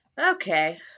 Okay